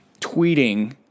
tweeting